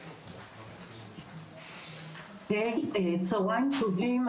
(בזום) צהריים טובים.